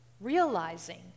realizing